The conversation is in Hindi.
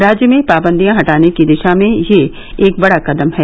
राज्य में पाबंदियां हटाने की दिशा में यह एक बड़ा कदम है